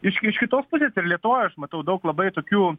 iš iš kitos pusės ir lietuvoj aš matau daug labai tokių